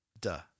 Duh